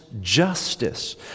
justice